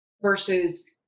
versus